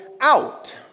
out